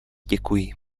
děkuji